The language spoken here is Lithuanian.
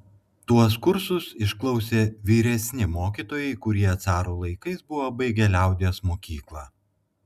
tuos kursus išklausė vyresni mokytojai kurie caro laikais buvo baigę liaudies mokyklą